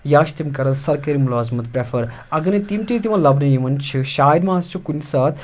یا چھِ تِم کَران سرکٲرۍ مُلازمَت پرٛیٚفَر اگرَنَے تِم تہِ تِمَن لَبنہٕ یِوان چھِ شاید مَہ ہَسا چھِ کُنہِ ساتہٕ